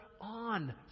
on